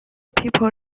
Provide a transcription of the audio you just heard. people